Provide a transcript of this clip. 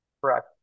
Correct